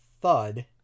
thud